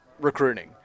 recruiting